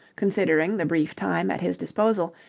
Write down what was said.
considering the brief time at his disposal,